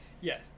Yes